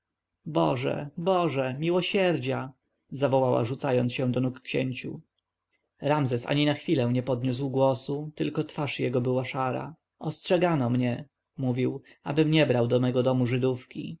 boże boże miłosierdzia zawołała rzucając się do nóg księciu ramzes ani na chwilę nie podniósł głosu tylko twarz jego była szara ostrzegano mnie mówił abym nie brał do mego domu żydówki